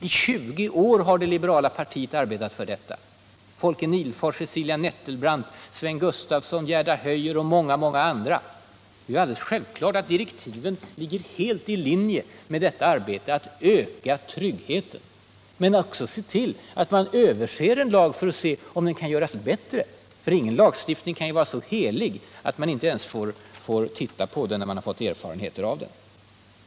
I minst 20 år har det liberala partiet arbetat för detta i riksdagen — Folke Nihlfors, Cecilia Nettelbrandt, Sven Gustafson, Gerda Höjer och många andra. Det är alldeles självklart att strävandena att öka anställningstryggheten ligger helt i linje med mitt arbete: Målet är att öka tryggheten men också att se över en lag för att ta reda på om den kan göras bättre. Ingen lagstiftning kan ju vara så helig att man inte ens får titta på den när man fått erfarenheter av den.